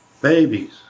babies